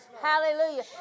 Hallelujah